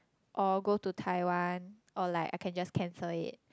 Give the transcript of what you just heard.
or go to Taiwan or like I can just cancel it